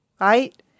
Right